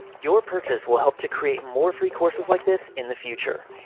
your purchase will help to create more free courses like this in the future.